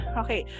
okay